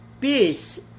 peace